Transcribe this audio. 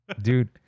Dude